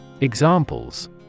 Examples